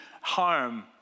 harm